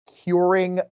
curing